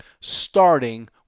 starting